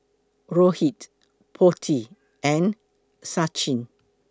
Rohit Potti and Sachin